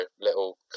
little